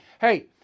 Hey